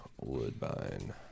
Woodbine